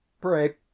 Pray